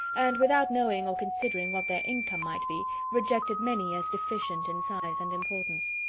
and, without knowing or considering what their income might be, rejected many as deficient in size and importance.